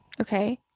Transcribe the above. Okay